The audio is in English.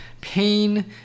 pain